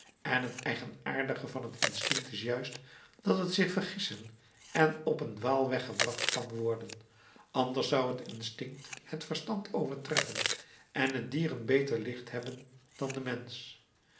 en het eigenaardige van het instinct is juist dat het zich vergissen en op een dwaalweg gebracht kan worden anders zou het instinct het verstand overtreffen en het dier een beter licht hebben dan de mensch